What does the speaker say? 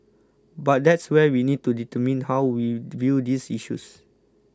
but that's where we need to determine how we view these issues